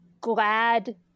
glad